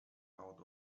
out